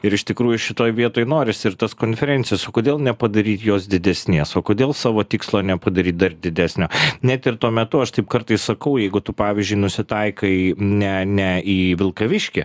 ir iš tikrųjų šitoj vietoj norisi ir tas konferencijas o kodėl nepadaryt jos didesnės o kodėl savo tikslo nepadaryt dar didesnio net ir tuo metu aš taip kartais sakau jeigu tu pavyzdžiui nusitaikai ne ne į vilkaviškį